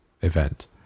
event